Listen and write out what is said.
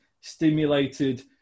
stimulated